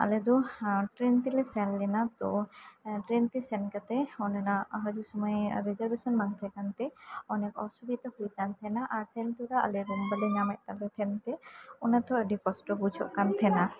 ᱟᱞᱮ ᱫᱚ ᱴᱨᱮᱱ ᱛᱮᱞᱮ ᱥᱮᱱ ᱞᱮᱱᱟ ᱛᱚ ᱴᱨᱮᱱ ᱛᱮ ᱥᱮᱱ ᱠᱟᱛᱮᱫ ᱚᱸᱰᱮᱱᱟᱜ ᱦᱤᱡᱩᱜ ᱥᱩᱢᱟᱹᱭ ᱨᱤᱡᱟᱨᱵᱷᱮᱥᱚᱱ ᱵᱟᱝ ᱛᱟᱦᱮᱸ ᱠᱟᱱ ᱛᱮ ᱚᱱᱮᱠ ᱚᱥᱵᱤᱛᱟ ᱦᱩᱭ ᱟᱠᱟᱱ ᱛᱟᱦᱮᱸᱱᱟ ᱟᱨ ᱥᱮᱱ ᱛᱚᱨᱟ ᱟᱞᱮ ᱨᱩᱢ ᱵᱟᱞᱮ ᱧᱟᱢᱮᱫ ᱛᱟᱞᱮ ᱛᱟᱦᱮᱸᱱ ᱛᱮ ᱚᱱᱟ ᱛᱮᱦᱚᱸ ᱟᱰᱤ ᱠᱚᱥᱴᱚ ᱵᱩᱡᱷᱟᱹᱜ ᱠᱟᱱ ᱛᱟᱦᱮᱸᱱᱟ